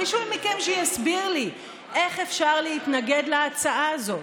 מישהו מכם שיסביר לי איך אפשר להתנגד להצעה הזאת.